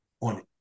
on